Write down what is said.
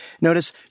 Notice